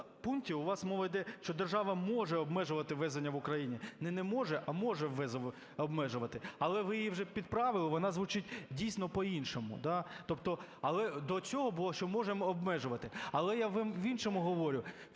пункті у вас мова йде, що держава може обмежувати ввезення в Україну. Не "не може", а "може" обмежувати. Але ви її вже підправили, вона звучить дійсно по-іншому, да. Тобто але до цього було, що можемо обмежувати. Але я в іншому говорю.